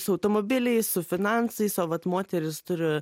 su automobiliais su finansais o vat moterys turi